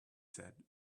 said